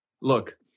Look